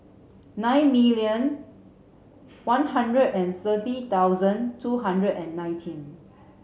nine million one hundred and thirty thousand two hundred and nineteen